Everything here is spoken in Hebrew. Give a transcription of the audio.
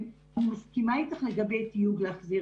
אני מסכימה איתך לגבי תיוג בהחזרת